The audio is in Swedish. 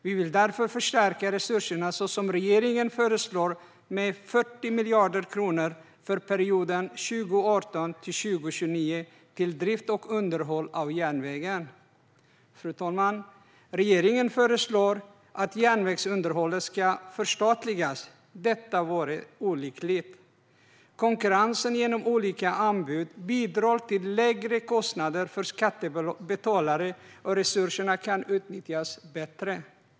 Vi vill därför förstärka resurserna, så som regeringen föreslår, med 40 miljarder kronor till drift och underhåll av järnvägen för perioden 2018-2029. Fru talman! Regeringen föreslår att järnvägsunderhållet ska förstatligas. Det vore olyckligt. Konkurrensen genom olika anbud bidrar till lägre kostnader för skattebetalare, och resurserna kan utnyttjas bättre.